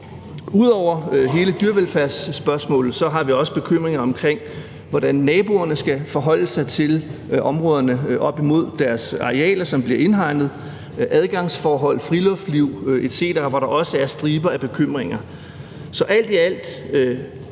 Ud over hele dyrevelfærdsspørgsmålet har vi også bekymringer omkring, hvordan naboerne skal forholde sig til områderne, der støder op til deres arealer, som bliver indhegnet, adgangsforhold, friluftsliv etc., hvor der også er striber af bekymringer. Så alt i alt